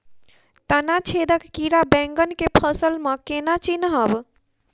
तना छेदक कीड़ा बैंगन केँ फसल म केना चिनहब?